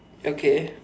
okay